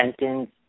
sentence